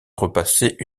repasser